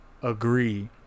Agree